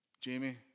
Jamie